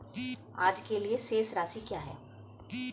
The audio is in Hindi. आज के लिए शेष राशि क्या है?